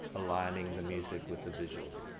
aligning the music with the visuals.